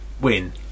win